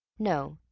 no,